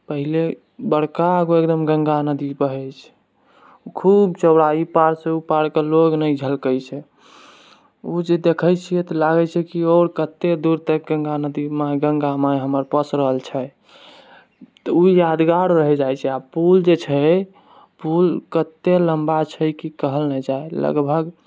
पहिले बरकागो एकदम गङ्गा नदी बहै छै खूब चौड़ा ई पारसँ ओ पारके लोग नहि झलकै छै ओ जे देखै छियै तऽ लागै छै की आओर कते दूर तक गङ्गा नदी गङ्गा माइ हमर पसरल छै तऽ ओ यादगार रहि जाइ छै आओर पुल जे छै पुल कते लम्बा छै की कहल ने जाइ लगभग